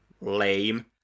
lame